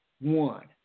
one